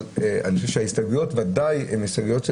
אבל אני חושב שההסתייגויות ודאי הן הסתייגויות של